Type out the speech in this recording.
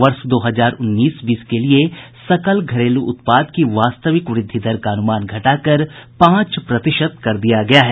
वर्ष दो हजार उन्नीस बीस के लिए सकल घरेलू उत्पाद की वास्तविक वृद्धि दर का अनुमान घटाकर पांच प्रतिशत कर दिया गया है